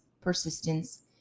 persistence